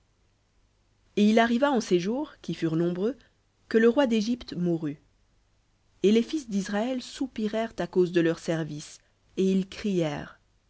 et il arriva en ces jours qui furent nombreux que le roi d'égypte mourut et les fils d'israël soupirèrent à cause de leur service et ils crièrent